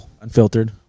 unfiltered